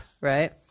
right